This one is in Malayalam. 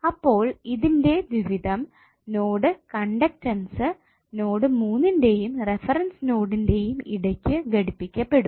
അപ്പോൾ ഇതിന്റെ ദ്വിവിധം നോഡ് കണ്ടക്ടൻസ് നോഡ് 3 ന്റെയും റഫറൻസ് നൊടിന്റെയും ഇടയ്ക്ക് ഘടിപിക്കപെടും